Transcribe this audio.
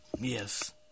Yes